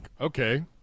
Okay